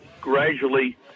gradually